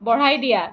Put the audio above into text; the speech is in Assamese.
বঢ়াই দিয়া